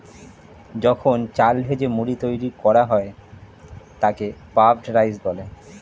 যখন চাল ভেজে মুড়ি তৈরি করা হয় তাকে পাফড রাইস বলে